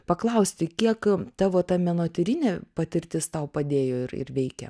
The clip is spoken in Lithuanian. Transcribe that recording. paklausti kiek tavo ta menotyrinė patirtis tau padėjo ir ir veikė